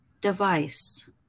device